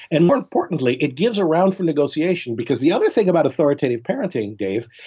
and more importantly it gives a round for negotiation because the other thing about authoritative parenting, dave,